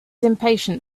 impatient